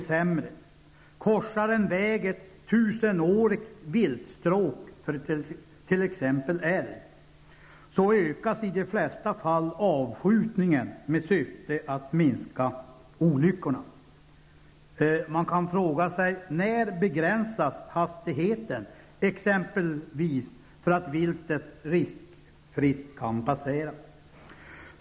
Om en väg korsar ett tusenårigt viltstråk för t.ex. älg, ökas i de flesta fall avskjutningen med syfte att minska antalet olyckor. När begränsas t.ex. hastigheten för att viltet riskfritt skall kunna passera?